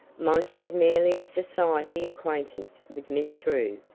monty had merely a society acquaintance with miss drew.